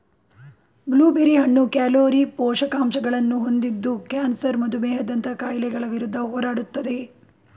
blue berry ಹಣ್ಣು calorie, ಪೋಷಕಾಂಶಗಳನ್ನು ಹೊಂದಿದ್ದು ಕ್ಯಾನ್ಸರ್ ಮಧುಮೇಹದಂತಹ ಕಾಯಿಲೆಗಳ ವಿರುದ್ಧ ಹೋರಾಡುತ್ತದೆ